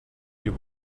you